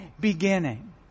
beginning